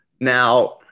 Now